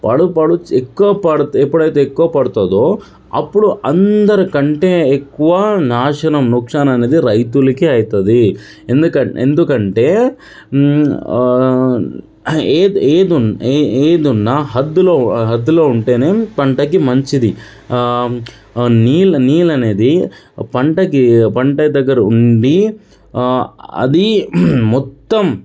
పడు పడు ఎక్కువ పడితే ఎప్పుడైతే ఎక్కువ పడుతుందో అప్పుడు అందరికంటే ఎక్కువ నాశనం నుక్సాన్ అనేది రైతులకే అవుతుంది ఎందుకంటే ఎందుకంటే ఏ ఏది ఉన్నా హద్దులో హద్దులో ఉంటేనే పంటకి మంచిది ఆ నీళ్ళు నీళ్ళు అనేది పంటకి పంట దగ్గర ఉండి అది మొత్తం